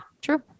True